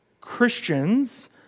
Christians